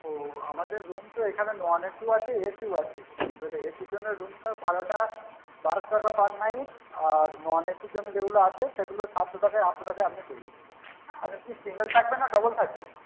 ও আমাদের রুম তো এখানে নন এসিও আছে এসিও আছে এবার এসির জন্যে রুমটা ভাড়াটা বারোশো টাকা পার নাইট আর নন এসির জন্য যেগুলো আছে সেগুলো সাতশো টাকায় আটশো টাকায় আপনি পেয়ে যাবেন আপনি কি সিঙ্গেল থাকবেন না ডবল থাকবেন